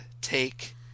take